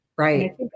Right